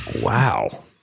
Wow